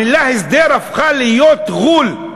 המילה הסדר הפכה להיות "ע'ול",